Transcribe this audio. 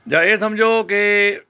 ਜਾਂ ਇਹ ਸਮਝੋ ਕਿ